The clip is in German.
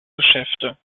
geschäfte